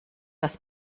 das